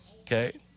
Okay